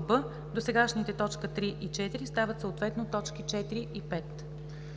б) досегашните т. 3 и 4 стават съответно т. 4 и 5.“